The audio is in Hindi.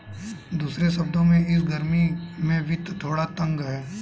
दूसरे शब्दों में, इस गर्मी में वित्त थोड़ा तंग है